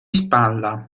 spalla